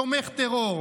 תומך טרור.